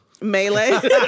Melee